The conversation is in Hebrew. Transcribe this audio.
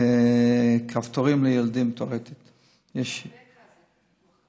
כפתורים לילדים, גם בקע זה ניתוח קטן.